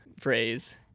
phrase